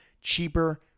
cheaper